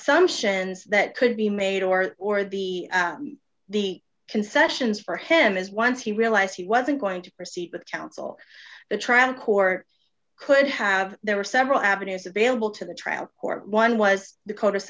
s that could be made or or the the concessions for him is once he realized he wasn't going to proceed with counsel the traffic court could have there were several avenues available to the trial court one was the co